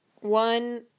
One